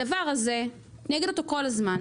הדבר הזה, אני אגיד אותו כל הזמן,